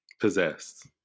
possessed